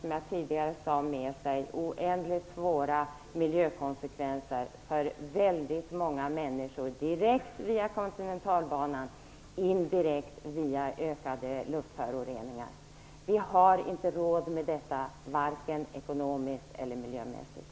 Som jag tidigare sade för det med sig oändligt svåra miljökonsekvenser för många människor, direkt via kontinentalbanan och indirekt via ökade luftföroreningar. Vi har inte råd med detta, vare sig ekonomiskt eller miljömässigt.